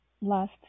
last